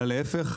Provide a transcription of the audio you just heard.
אלא להיפך,